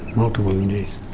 multiple injuries.